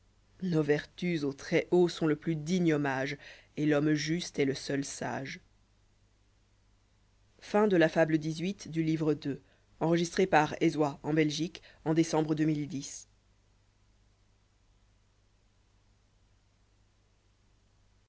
nos vertus au très-haut sont le plus digne hommage et l'homme juste est le seul sage